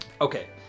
Okay